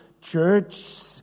church